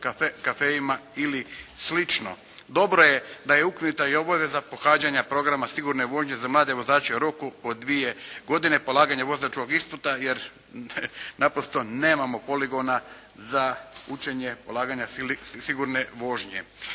kafeima ili slično. Dobro je da je ukinuta i obaveza pohađanja programa sigurne vožnje za mlade vozače u roku od dvije godine polaganja vozačkog ispita jer naprosto nemamo poligona za učenje polaganja sigurne vožnje.